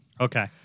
Okay